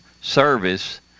service